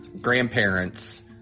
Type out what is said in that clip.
grandparents